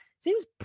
seems